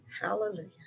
hallelujah